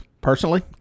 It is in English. personally